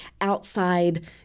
outside